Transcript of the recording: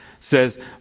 says